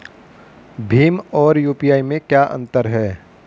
भीम और यू.पी.आई में क्या अंतर है?